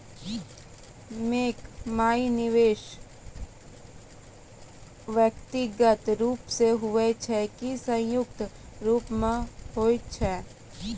Bank माई निवेश व्यक्तिगत रूप से हुए छै की संयुक्त रूप से होय छै?